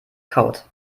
kaut